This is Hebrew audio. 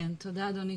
תודה אדוני.